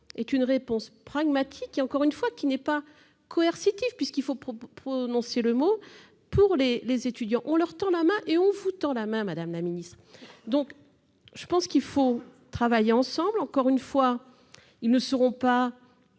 est une réponse pragmatique, qui, encore une fois, n'est pas coercitive- il faut prononcer le mot -pour les étudiants. On leur tend la main et on vous tend la main, madame la ministre. Il faut que nous travaillions ensemble. Encore une fois, ces étudiants ne seront pas